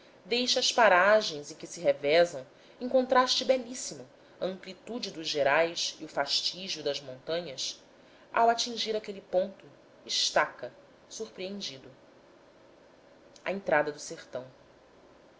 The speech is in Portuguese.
deixa as paragens em que se revezam em contraste belíssimo a amplitude dos gerais e o fastígio das montanhas ao atingir aquele ponto estaca surpreendido a entrada do sertão